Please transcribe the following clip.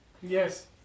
Yes